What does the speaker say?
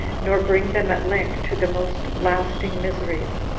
nor bring them at length to the most lasting miseries,